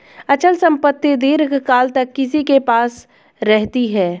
अचल संपत्ति दीर्घकाल तक किसी के पास रहती है